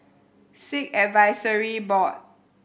Sikh Advisory Board